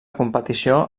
competició